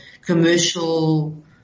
commercial